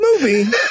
movie